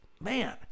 man